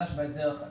והסדר חדש.